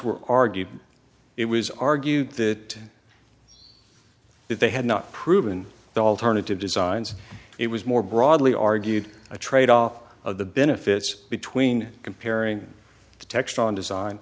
were argued it was argued that they had not proven the alternative designs it was more broadly argued a trade off of the benefits between comparing textron design